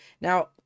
Now